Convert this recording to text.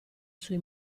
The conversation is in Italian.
sui